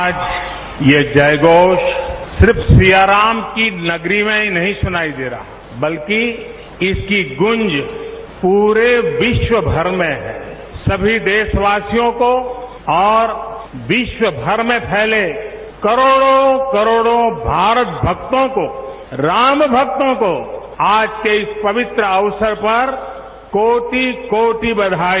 आज ये जय घोष सिर्फ सिया राम की नगरी में ही नहीं सुनाई दे रहा बल्कि इसकी गूंज पूरे विश्वभर मेंए सभी देशवासियों को और विश्व भर में फैले कोरोडो करोडों भारत भक्तों कोए राम भक्तों को आज के इस पवित्र अवसर पर कोटिकोटि बधाई